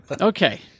okay